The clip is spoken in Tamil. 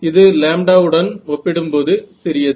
இது லாம்ப்டாவுடன் ஒப்பிடும்போது சிறியது